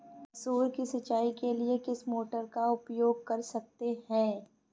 मसूर की सिंचाई के लिए किस मोटर का उपयोग कर सकते हैं?